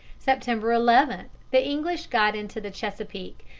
september eleven the english got into the chesapeake,